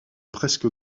presque